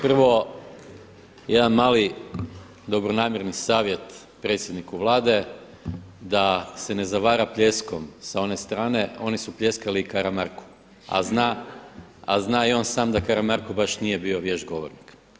Prvo, jedan mali dobronamjerni savjet predsjedniku Vlade da se ne zavara pljeskom s one strane, oni su pljeskali i Karamarku, a zna i on sam da Karamarko baš nije bio vješt govornik.